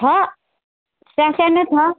छ ससानो छ